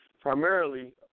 primarily